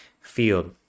field